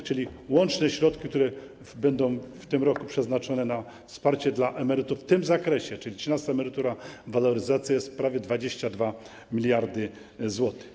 A więc łączne środki, które będą w tym roku przeznaczone na wsparcie dla emerytów w tym zakresie, czyli trzynasta emerytura, waloryzacja, to jest prawie 22 mld zł.